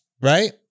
right